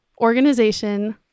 organization